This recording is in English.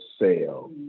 sale